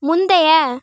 முந்தைய